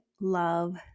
love